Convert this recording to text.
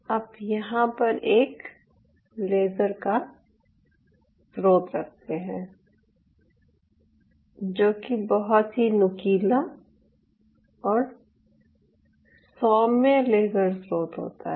आप यहाँ पर एक लेज़र का स्रोत रखते हैं जो बहुत ही नुकीला और सौम्य लेजर स्रोत होता है